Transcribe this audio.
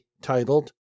titled